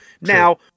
Now